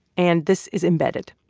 and this is embedded,